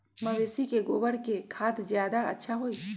मवेसी के गोबर के खाद ज्यादा अच्छा होई?